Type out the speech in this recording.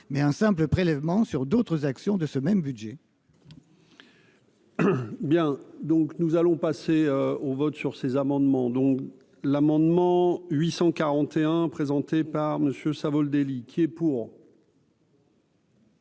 mais un simple prélèvement sur d'autres actions de ce même budget. Bien, donc nous allons passer au vote sur ces amendements, dont l'amendement 841 présenté par Monsieur Savoldelli qui est pour.